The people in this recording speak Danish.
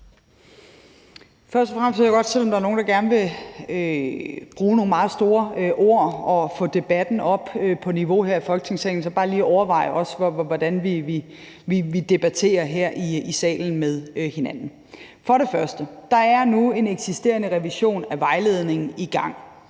godt sige, selv om der er nogle, der gerne vil bruge meget store ord og få debatten op i niveau her i Folketingssalen, at man også bare lige skal overveje, hvordan vi debatterer med hinanden her i salen. Først vil jeg sige, at der nu er en eksisterende revision af vejledningen i gang.